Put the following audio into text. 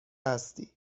هستی